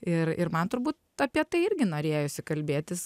ir ir man turbūt apie tai irgi norėjosi kalbėtis